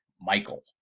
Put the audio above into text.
Michael